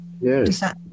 yes